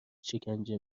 شکنجه